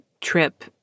trip